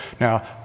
Now